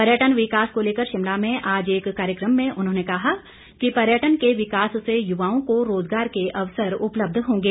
पर्यटन विकास को लेकर शिमला में आज एक कार्यक्रम में उन्होंने कहा कि पर्यटन के विकास से युवाओं को रोजगार के अवसर उपलब्ध होंगे